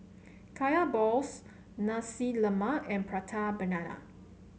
Kaya Balls Nasi Lemak and Prata Banana